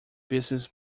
business